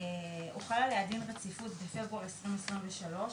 הוחל עליה דין רציפות בפברואר 2023,